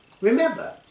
Remember